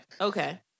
Okay